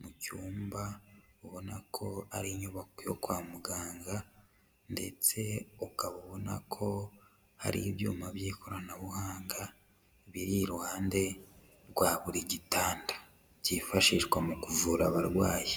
mu cyumba ubona ko ari inyubako yo kwa muganga ndetse ukaba ubona ko hari ibyuma by'ikoranabuhanga biri iruhande rwa buri gitanda, byifashishwa mu kuvura abarwayi.